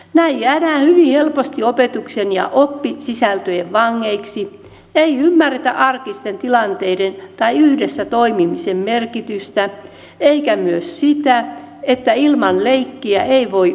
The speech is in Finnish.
näin jäädään hyvin helposti opetuksen ja oppisisältöjen vangeiksi ei ymmärretä arkisten tilanteiden tai yhdessä toimimisen merkitystä eikä myös sitä että ilman leikkiä ei voi oppia